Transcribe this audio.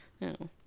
No